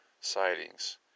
sightings